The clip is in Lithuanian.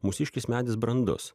mūsiškis medis brandus